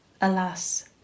Alas